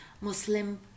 Muslim